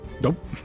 Nope